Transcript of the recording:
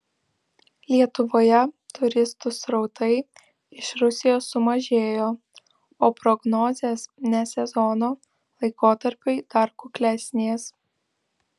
lietuvoje turistų srautai iš rusijos sumažėjo o prognozės ne sezono laikotarpiui dar kuklesnės